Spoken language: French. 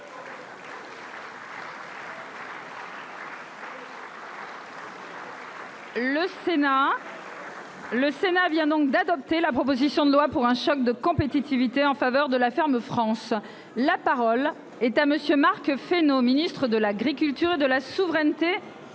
Le. Sénat vient donc d'adopter la proposition de loi pour un choc de compétitivité en faveur de la ferme France. La parole est à monsieur Marc Fesneau Ministre de l'Agriculture et de la souveraineté